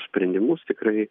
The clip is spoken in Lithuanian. sprendimus tikrai